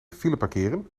fileparkeren